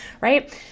right